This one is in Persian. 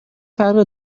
فرق